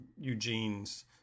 Eugene's